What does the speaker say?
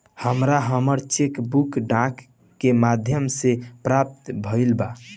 हमरा हमर cheque book डाक के माध्यम से प्राप्त भईल बा